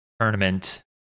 tournament